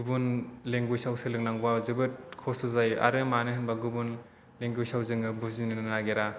गुबुन लेंगुवेजाव सोलोंनांगौवा जोबोद खस्थ' जायो आरो मानो होनोबा गुबुन लेंगुवेजाव जोङो बुजिनो नागिरा